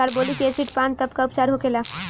Carbolic acid पान तब का उपचार होखेला?